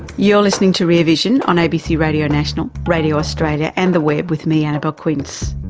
you're listening to rear vision on abc radio national, radio australia and the web, with me, annabelle quince.